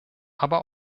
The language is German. aber